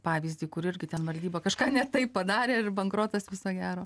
pavyzdį kur irgi ten valdyba kažką ne taip padarė ir bankrotas viso gero